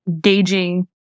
gauging